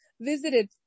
visited